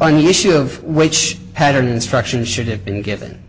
new issue of which pattern instruction should have been given